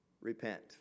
repent